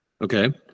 Okay